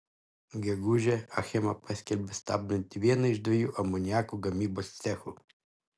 gegužę achema paskelbė stabdanti vieną iš dviejų amoniako gamybos cechų